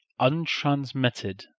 untransmitted